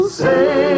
say